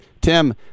Tim